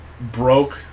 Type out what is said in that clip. broke